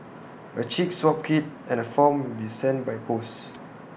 A cheek swab kit and A form will be sent by post